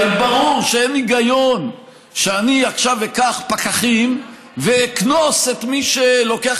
הרי ברור שאין היגיון שאני עכשיו אקח פקחים ואקנוס את מי שלוקח